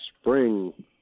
spring